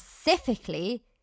specifically